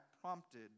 prompted